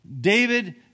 David